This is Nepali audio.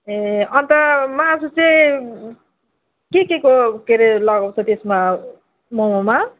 ए अन्त मासु चाहिँ के केको के अरे लगाउँछ त्यसमा मोमोमा